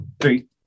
three